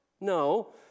No